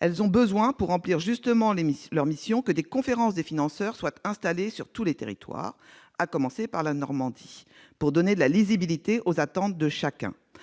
Ces dernières ont besoin pour remplir justement leur mission que les conférences des financeurs soient installées sur tous les territoires, à commencer par la Normandie, pour donner de la lisibilité aux attentes de chacun.